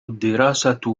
الدراسة